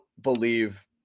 believe